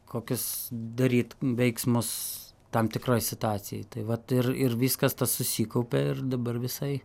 kokius daryt veiksmus tam tikroj situacijoj tai vat ir ir viskas tas susikaupė ir dabar visai